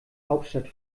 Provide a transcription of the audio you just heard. hauptstadt